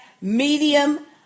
medium